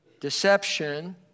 deception